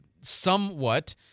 somewhat